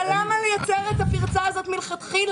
אבל למה לייצר את הפרצה הזו מלכתחילה?